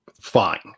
fine